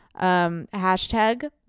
Hashtag